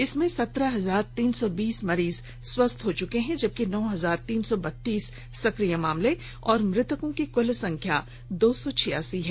इसमें सत्रहहजार तीन सौ बीस मरीज स्वस्थ हो चुके हैं जबकि नौ हजार तीन सौ बत्तीस सक्रिय मामले और मृतकों की कुल संख्या दो सौ छियासी है